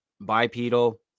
bipedal